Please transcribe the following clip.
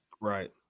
right